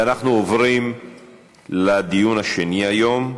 נעבור להצעות לסדר-היום בנושא: